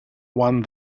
one